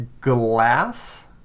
glass